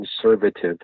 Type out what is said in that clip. conservative